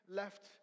left